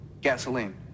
Gasoline